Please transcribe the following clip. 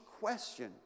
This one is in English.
question